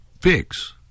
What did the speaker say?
fix